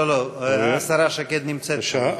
לא, השרה שקד נמצאת פה.